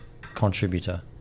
contributor